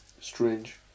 Strange